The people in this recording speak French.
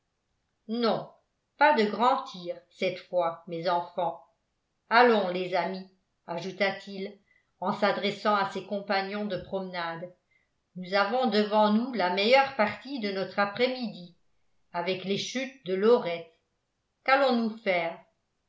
non pas de grand tir cette fois mes enfants allons les amis ajouta-t-il en s'adressant à ses compagnons de promenade nous avons devant nous la meilleure partie de notre après-midi avec les chutes de lorette qu'allons-nous faire